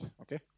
Okay